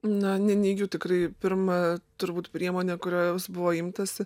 na neneigiu tikrai pirma turbūt priemonė kurios buvo imtasi